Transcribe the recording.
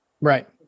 Right